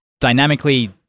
dynamically